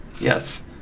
Yes